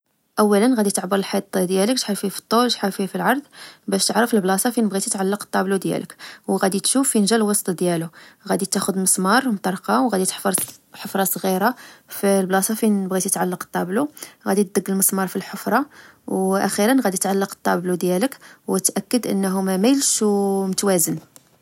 أولا غادي تعبر الحيط ديالك شحال فيه فطول شحال فيه فالعرض باش تعرف لبلاصة فين بغيتي تعلقالطبلو ديالك وغادي تشوف فين جا الوسط ديالو غادي تاخد مسمار ومطرقة وغادي تحفر حفرة صغيرة في البلاصة فين بغيتي تعلق الطابلو غادي تدق المسمار في الحفرة، وأخيرا غادي تعلق الطابلو ديالك وتأكد إنه ماميلش ومتوازن